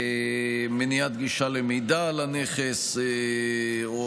מניעת גישה למידע על הנכס או